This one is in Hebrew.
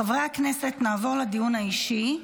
חברי הכנסת, נעבור לדיון האישי.